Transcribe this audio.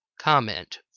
Comment